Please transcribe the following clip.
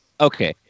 Okay